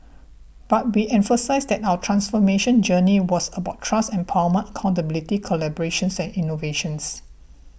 but we emphasised that our transformation journey was about trust empowerment accountability collaborations and innovations